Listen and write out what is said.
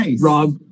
Rob